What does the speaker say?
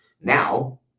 now